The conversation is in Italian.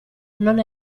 non